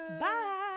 bye